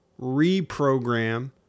reprogram